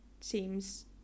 seems